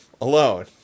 alone